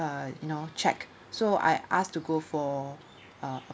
uh you know check so I asked to go for a